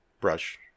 Brush